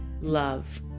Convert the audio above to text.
love